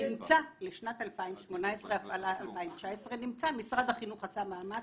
נמצא לשנת 2018-2019. משרד החינוך עשה מאמץ.